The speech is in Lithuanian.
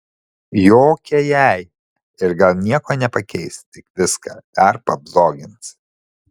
jokie jei ir gal nieko nepakeis tik viską dar pablogins